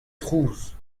trouz